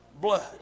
blood